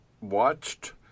watched